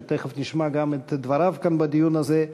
ותכף נשמע גם את דבריו כאן בדיון הזה,